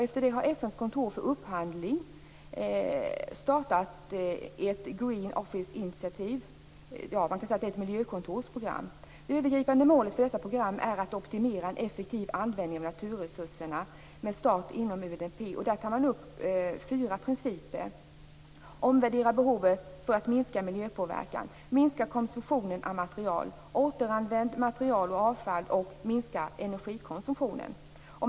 Efter det har FN:s kontor för upphandling startat ett green officeinitiativ. Man kan säga att det är ett miljökontorsprogram. Det övergripande målet för detta program är att optimera en effektiv användning av naturresurserna med start inom UNDP. Där tar man upp fyra principer: omvärdera behovet för att minska miljöpåverkan, minska konsumtionen av material, återanvända material och avfall samt minska energikonsumtionen.